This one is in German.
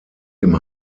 dem